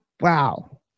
Wow